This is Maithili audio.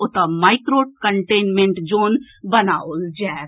ओतऽ माइक्रो कंटेनमेंट जोन बनाओल जाएत